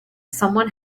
someone